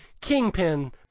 kingpin